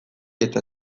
eta